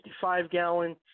55-gallon